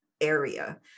area